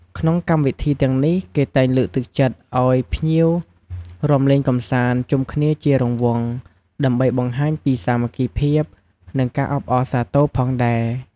ក្នុងកម្មវិធីទាំងនេះ គេតែងលើកទឹកចិត្តឱ្យភ្ញៀវរាំលេងកំសាន្តជុំគ្នាជារង្វង់ ដើម្បីបង្ហាញពីសាមគ្គីភាព និងការអបអរសាទរផងដែរ។